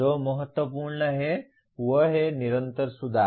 जो महत्वपूर्ण है वह है निरंतर सुधार